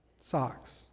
socks